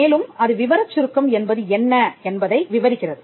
மேலும் அது விவரச் சுருக்கம் என்பது என்ன என்பதை விவரிக்கிறது